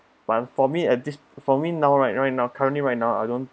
but for me at this for me now right right now currently right now I don't